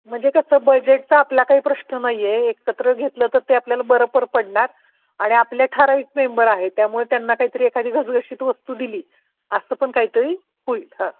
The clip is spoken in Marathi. म्हणजे कसं बजेटचं आपला काही प्रश्न नाही आहे एकत्र घेतलं तर ते आपल्याला बरं पण पडणार आणि आपल्या ठराविक मेंबर आहे त्यामुळे त्यांना काहीतरी एखादी घसघशीत वस्तू दिली असं पण काहीतरी होईल हां